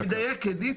אני מדייק, אדית?